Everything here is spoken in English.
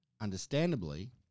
understandably